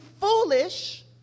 foolish